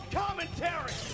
commentary